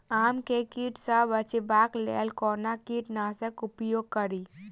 आम केँ कीट सऽ बचेबाक लेल कोना कीट नाशक उपयोग करि?